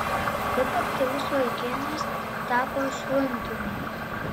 kaip aktyvus vaikinas tapo slunkiumi